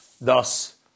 Thus